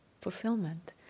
fulfillment